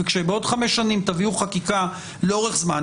כשבעוד חמש שנים תביאו חקיקה לאורך זמן,